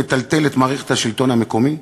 יטלטל את מערכת השלטון המקומי,